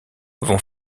vont